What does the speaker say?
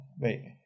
wait